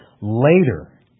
later